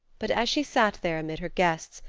but as she sat there amid her guests,